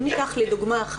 אם ניקח לדוגמה,